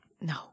No